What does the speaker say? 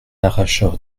arracheur